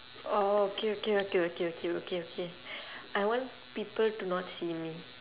oh okay okay okay okay okay K K I want people to not see me